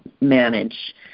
manage